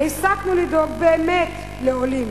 הפסקנו לדאוג באמת לעולים,